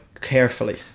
carefully